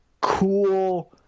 cool